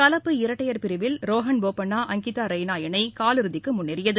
கலப்பு இரட்டையர் பிரிவில் ரோகன் போபண்ணா அங்கிதா ரெய்னா இணை காலிறுதிக்கு முன்னேறியது